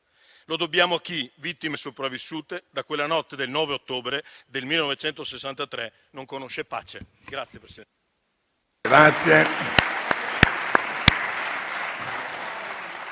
Lo dobbiamo a chi, vittime sopravvissute di quella notte del 9 ottobre 1963, non conosce pace.